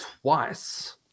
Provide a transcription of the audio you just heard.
twice